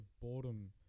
boredom